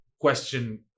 question